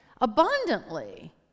abundantly